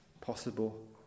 possible